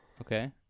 Okay